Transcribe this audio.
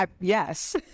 yes